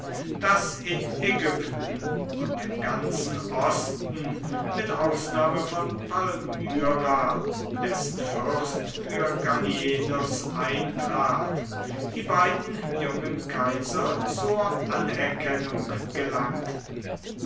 daß in ägypten und im ganzen osten mit ausnahme von palmyra dessen fürst für gallienus eintrat die beiden jungen kaiser zur anerkennung gelangten